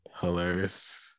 Hilarious